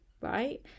right